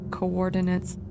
coordinates